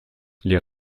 les